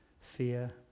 fear